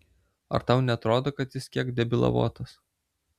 ar tau neatrodo kad jis kiek debilavotas